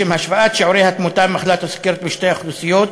לשם השוואת שיעורי התמותה ממחלת הסוכרת בשתי האוכלוסיות,